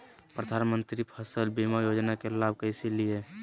प्रधानमंत्री फसल बीमा योजना के लाभ कैसे लिये?